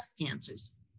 cancers